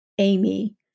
Amy